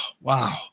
wow